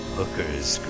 Hooker's